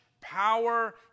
power